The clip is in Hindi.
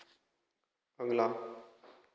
अगला